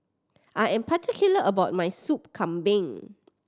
I am particular about my Soup Kambing